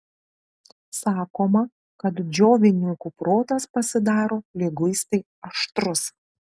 sakoma kad džiovininkų protas pasidaro liguistai aštrus